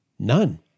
None